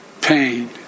pain